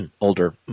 older